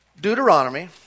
Deuteronomy